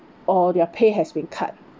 or their pay has been cut